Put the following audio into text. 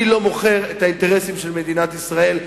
אני לא מוכר את האינטרסים של מדינת ישראל,